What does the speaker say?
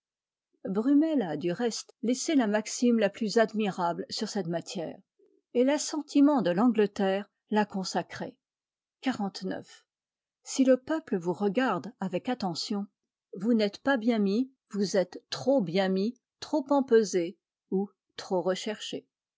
brummel a du reste laissé la maxime la plus admirable sur cette matière et l'assentiment de l'angleterre l'a consacrée xlix si le peuple vous regarde avec attention vous n'êtes pas bien mis vous êtes trop bien mis trop empesé ou trop recherché